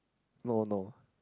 no no